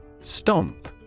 stomp